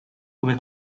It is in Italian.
come